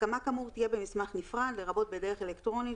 הסכמה כאמור תהיה במסמך נפרד לרבות בדרך אלקטרונית